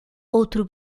outro